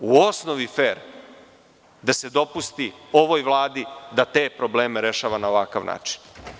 Mislim da je u osnovi fer da se dopusti ovoj Vladi da te probleme rešava na ovakav način.